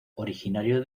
originario